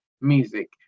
Music